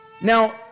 Now